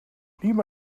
lima